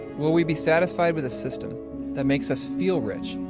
will we be satisfied with a system that makes us feel rich,